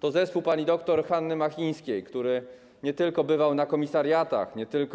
To zespół pani dr Hanny Machińskiej, który nie tylko bywał na komisariatach, ale też